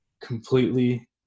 completely